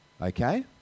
okay